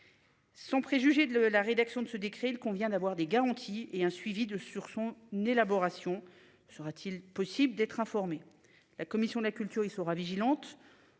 Sans préjuger de la rédaction de ce décret il convient d'avoir des garanties et un suivi de sur son n'élaboration sera-t-il possible d'être informé. La commission de la culture. Il sera vigilante.